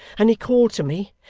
and he called to me,